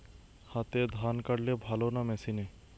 হাতে ধান কাটলে ভালো না মেশিনে?